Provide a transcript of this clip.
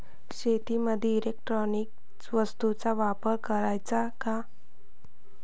शेतीमंदी इलेक्ट्रॉनिक वस्तूचा वापर कराचा का?